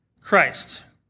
Christ